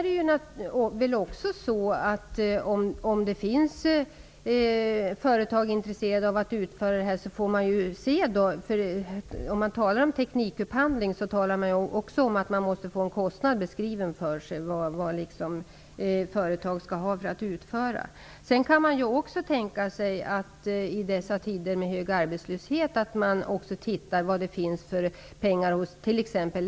Det finns företag som är intresserade av att utföra detta arbete. Eftersom det handlar om en teknikupphandling måste man också veta vad företagen skall ha betalt för att utföra detta. I dessa tider med hög arbetslöshet kan man också tänka sig att titta på om det finns pengar hos t.ex.